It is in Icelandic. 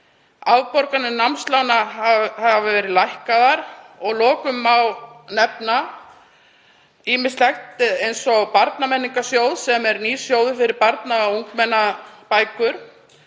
Afborganir námslána hafa verið lækkaðar og að lokum má nefna ýmislegt eins og Barnamenningarsjóð sem er nýr sjóður fyrir barna- og ungmennabækur.